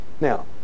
Now